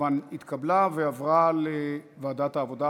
כמובן התקבלה ועברה לוועדת העבודה,